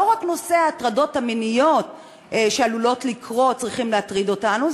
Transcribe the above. לא רק נושא ההטרדות המיניות שעלולות לקרות צריך להטריד אותנו.